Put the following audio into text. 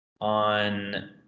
on